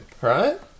Right